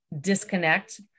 disconnect